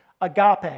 agape